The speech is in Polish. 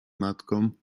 matką